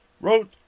wrote